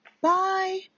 Bye